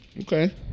Okay